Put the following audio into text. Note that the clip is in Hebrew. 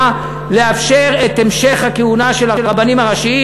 לאפשר את המשך הכהונה של הרבנים הראשיים.